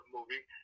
movie